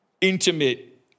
intimate